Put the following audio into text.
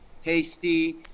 tasty